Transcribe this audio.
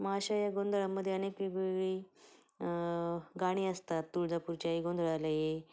मग अशा या गोंदळामध्ये अनेक वेगवेगळी गाणी असतात तुळजापूरच्या आई गोंधळाला ये